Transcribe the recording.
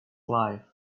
life